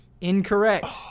Incorrect